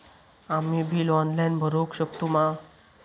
आम्ही bill online भरुक शकतू मा?